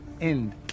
end